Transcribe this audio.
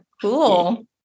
cool